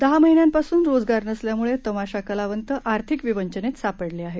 दहा महिन्यांपासून रोजगार नसल्यामुळे तमाशा कलावंत आर्थिक विंंचनेत सापडले आहे